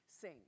sing